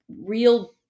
real